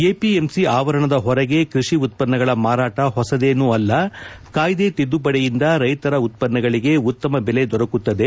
APMC ಆವರಣದ ಹೊರಗೆ ಕೃಷಿ ಉತ್ಪನ್ನಗಳ ಮಾರಾಟ ಹೊಸದೇನು ಅಲ್ಲ ಕಾಯ್ದೆ ತಿದ್ದುಪಡಿಯಿಂದ ರೈತರ ಉತ್ತನ್ನಗಳಿಗೆ ಉತ್ತಮ ಬೆಲೆ ದೊರಕುತ್ತದೆ